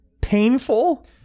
painful